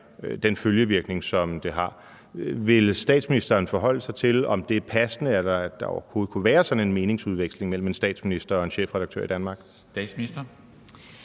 den følgevirkning, som det har. Vil statsministeren forholde sig til, om det ville være passende, at der overhovedet kunne være sådan en meningsudveksling mellem en statsminister og en chefredaktør i Danmark? Kl.